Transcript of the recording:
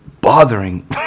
bothering